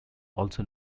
also